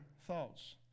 thoughts